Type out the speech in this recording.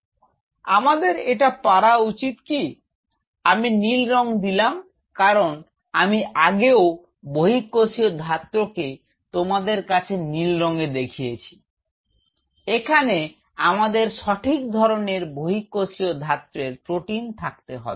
তো আমাদের এটা পারা উচিত কি আমি নীল রঙ দিলাম কারন আমি আগেও বহিঃকোষীয় ধাত্রকে তোমাদের কাছে নীল রঙে দেখিয়েছি এখানে আমদের সঠিক ধরনের বহিঃকোষীয় ধাত্রের প্রোটিন থাকতে হবে